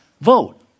Vote